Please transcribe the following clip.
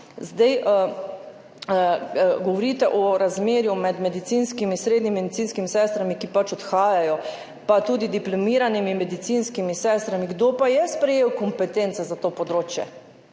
Govorite o razmerju med srednjimi medicinskimi sestrami, ki pač odhajajo, pa tudi diplomiranimi medicinskimi sestrami – kdo pa je sprejel kompetence za to področje?